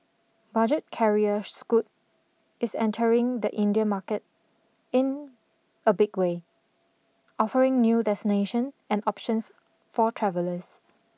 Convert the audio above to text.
budget carrier Scoot is entering the Indian market in a big way offering new destination and options for travellers